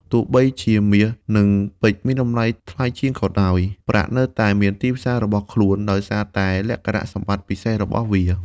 ទោះបីជាមាស និងពេជ្រមានតម្លៃថ្លៃជាងក៏ដោយ ប្រាក់នៅតែមានទីផ្សាររបស់ខ្លួន ដោយសារតែលក្ខណៈសម្បត្តិពិសេសរបស់វា។